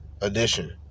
edition